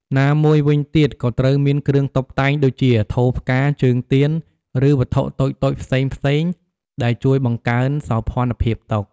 ណាមួយវិញទៀតក៏ត្រូវមានគ្រឿងតុបតែងដូចជា ថូផ្កា ជើងទៀន ឬវត្ថុតូចៗផ្សេងៗ ដែលជួយបង្កើនសោភ័ណភាពតុ។